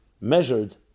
measured